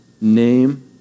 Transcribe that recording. name